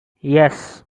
yes